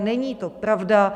Není to pravda.